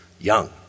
young